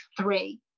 three